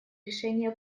решения